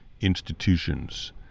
institutions